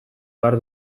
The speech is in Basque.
behar